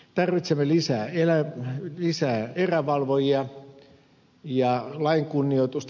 tarvitsemme lisää erävalvojia ja lain kunnioitusta